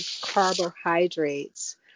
carbohydrates